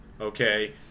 Okay